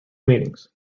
meanings